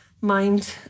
mind